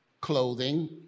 clothing